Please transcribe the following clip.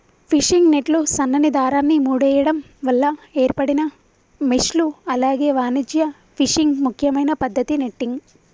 fishing నెట్లు సన్నని దారాన్ని ముడేయడం వల్ల ఏర్పడిన మెష్లు అలాగే వాణిజ్య ఫిషింగ్ ముఖ్యమైన పద్దతి నెట్టింగ్